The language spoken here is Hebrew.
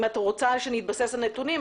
אם את רוצה שנתבסס על נתונים,